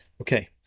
okay